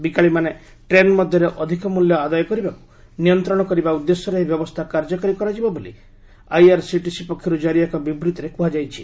ବିକାଳିମାନେ train ମଧ୍ୟରେ ଅଧିକ ମୂଲ୍ୟ ଆଦାୟ କରିବାକୁ ନିୟନ୍ତ୍ରଣ କରିବା ଉଦ୍ଦେଶ୍ୟରେ ଏହି ବ୍ୟବସ୍ଥା କାର୍ଯ୍ୟକାରୀ କରାଯିବ ବୋଲି ଆଇଆର୍ସିଟିସି ପକ୍ଷରୁ ଜାରି ଏକ ବିବୃତ୍ତିରେ କୁହାଯାଇଛି